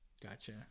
Gotcha